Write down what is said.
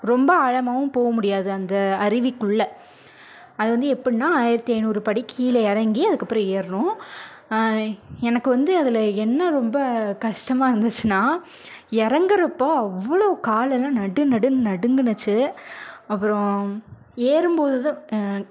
ரொம்ப ஆழமாகவும் போக முடியாது அந்த அருவிக்குள்ளே அது வந்து எப்புடின்னா ஆயிரத்தி ஐந்நூறு படி கீழ இறங்கி அதுக்கப்புறம் ஏறணும் எனக்கு வந்து அதில் என்ன ரொம்ப கஷ்டமாக இருந்துச்சுன்னால் இறங்குறப்ப அவ்வளோ காலுலாம் நடுநடுன்னு நடுங்குனுச்சு அப்புறம் ஏறும் போது தான்